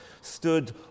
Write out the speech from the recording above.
stood